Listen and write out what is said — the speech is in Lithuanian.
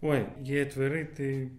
oi jei atvirai tai